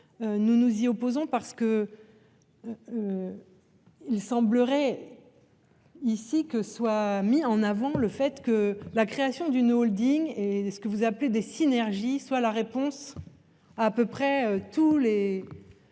Nous nous y opposons parce que. Il semblerait. Ici que soit mis en avant le fait que la création d'une Holding et est ce que vous appelez des synergies soit la réponse. À peu près tous les.